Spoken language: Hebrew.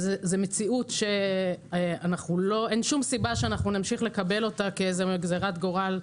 זאת מציאות שאין שום סיבה שנמשיך לקבל אותה כגזרת גורל,